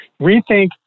Rethink